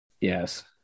Yes